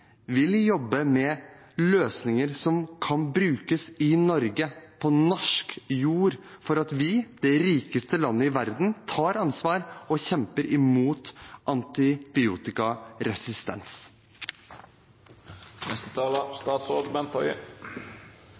vil jobbe med løsninger som kan brukes i Norge, på norsk jord, for at vi, det rikeste landet i verden, tar ansvar og kjemper imot